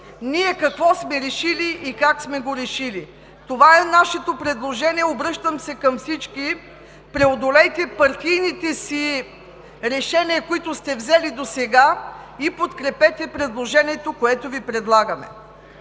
– каквото сме решили и как сме го решили. Това е нашето предложение. Обръщам се към всички. Преодолейте партийните си решения, които сте взели досега, и подкрепете това, което Ви предлагаме.